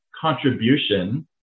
contribution